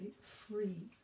free